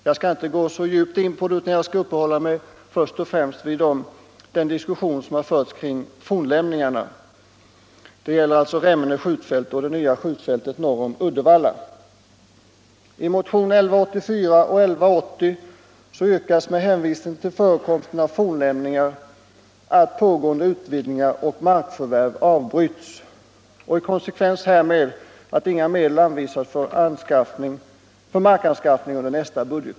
Jag skall inte gå särskilt djupt in på frågan utan närmast uppehålla mig vid den diskussion som har förts kring fornlämningarna.